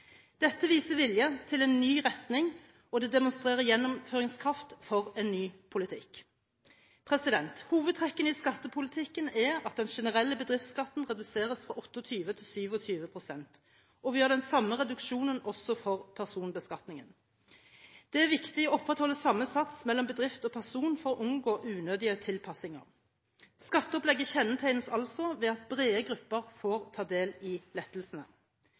Dette viser vilje til en ny retning, og det demonstrerer gjennomføringskraft for en ny politikk. Hovedtrekkene i skattepolitikken er at den generelle bedriftskatten reduseres fra 28 til 27 pst., og vi gjør den samme reduksjonen også for personbeskatningen. Det er viktig å opprettholde samme sats mellom bedrift og person for å unngå unødige tilpasninger. Skatteopplegget kjennetegnes altså ved at brede grupper får ta del i lettelsene.